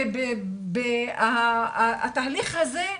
והתהליך הזה,